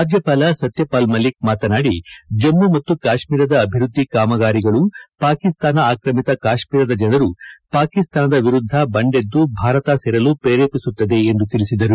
ರಾಜ್ಯಪಾಲ ಸತ್ಯಪಾಲ್ ಮಲ್ಲಿಕ್ ಮಾತನಾಡಿ ಜಮ್ಮು ಮತ್ತು ಕಾಶ್ಮೀರದ ಅಭಿವೃದ್ದಿ ಕಾಮಗಾರಿಗಳು ಪಾಕಿಸ್ತಾನ ಆಕ್ರಮಿತ ಕಾಶ್ಮೀರದ ಜನರು ಪಾಕಿಸ್ತಾನದ ವಿರುದ್ದ ಬಂಡೆದ್ದು ಭಾರತ ಸೇರಲು ಪ್ರೇರೇಪಿಸುತ್ತದೆ ಎಂದು ತಿಳಿಸಿದರು